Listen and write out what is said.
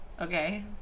Okay